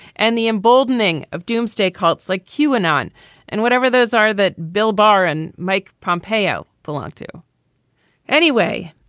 and the emboldening of doomsday cults like q anon and whatever those are that bill barr and mike pompeo belong to anyway.